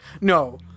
No